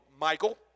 Michael